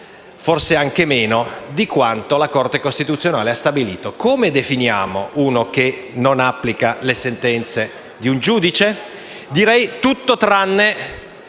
forse anche meno - di quanto la Corte costituzionale ha stabilito. Come definiamo uno che non applica le sentenze di un giudice? Tutto tranne